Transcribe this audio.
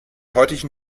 heutigen